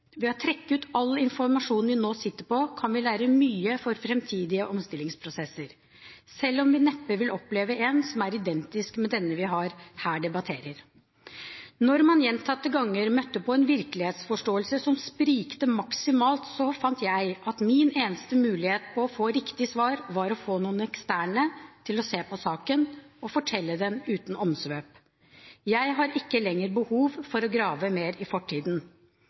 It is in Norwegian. Ved å trekke ut all informasjon vi nå sitter på, kan vi lære mye for framtidige omstillingsprosesser, selv om vi neppe vil oppleve en som er identisk med denne vi her debatterer. Når man gjentatte ganger møtte på en virkelighetsforståelse som sprikte maksimalt, fant jeg at min eneste mulighet til å få et riktig svar var å få noen eksterne til å se på saken og fortelle dem uten omsvøp. Jeg har ikke lenger behov for å grave mer i fortiden.